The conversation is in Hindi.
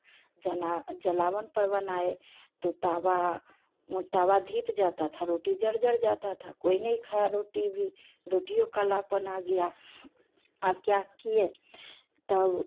जला जलावन पर बनाए तो तवा तवा धीप जाता था रोटी जल जल जाता था कोई नहीं खाया रोटी भी रोटियो कालापन आ गया अब क्या किए तब